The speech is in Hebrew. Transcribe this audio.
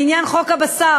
בעניין חוק הבשר